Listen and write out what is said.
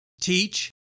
teach